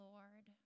Lord